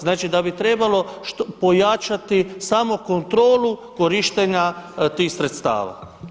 Znači da bi trebalo pojačati samo kontrolu korištenja tih sredstava.